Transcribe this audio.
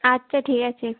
আচ্ছা ঠিক আছে